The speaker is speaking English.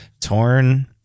torn